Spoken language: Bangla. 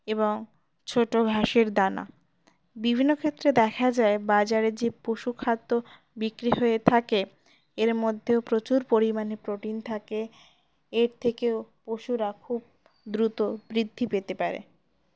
এবং ছোটো ঘাসের দানা বিভিন্ন ক্ষেত্রে দেখা যায় বাজারে যে পশুখাদ্য বিক্রি হয়ে থাকে এর মধ্যেও প্রচুর পরিমাণে প্রোটিন থাকে এর থেকেও পশুরা খুব দ্রুত বৃদ্ধি পেতে পারে